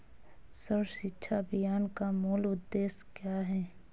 सर्व शिक्षा अभियान का मूल उद्देश्य क्या है?